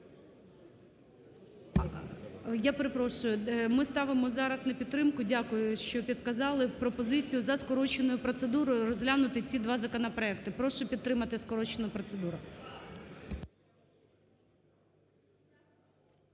Я перепрошую. Ми ставимо зараз на підтримку, дякую, що підказали, пропозицію за скороченою процедурою розглянути ці два законопроекти. Прошу підтримати скорочену процедуру.